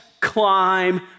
climb